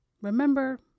remember